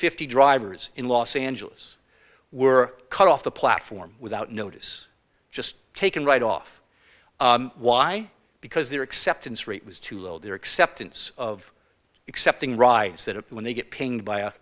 fifty drivers in los angeles were cut off the platform without notice just taken right off why because their acceptance rate was too low their acceptance of accepting rides that when they get paying by